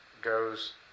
goes